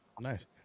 nice